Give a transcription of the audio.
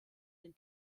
den